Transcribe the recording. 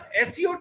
SEO